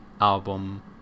album